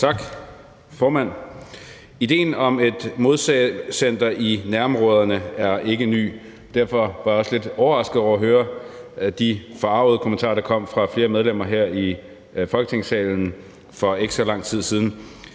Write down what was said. Tak, formand. Idéen om et modtagecenter i nærområderne er ikke ny. Derfor var jeg også lidt overrasket over at høre de forargede kommentarer, der kom fra flere medlemmer her i Folketingssalen for ikke så lang tid siden.